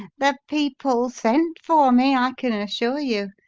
the people sent for me, i can assure you.